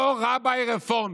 אותו רבי רפורמי,